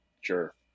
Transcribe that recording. Sure